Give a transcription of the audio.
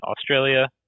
Australia